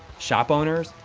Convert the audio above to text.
shop owners.